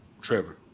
Trevor